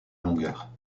longueur